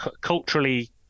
culturally